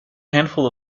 handful